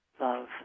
love